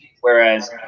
Whereas